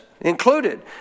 included